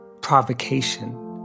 provocation